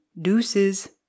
Deuces